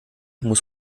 muss